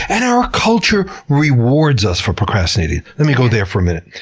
and our culture rewards us for procrastinating. let me go there for a minute,